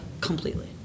completely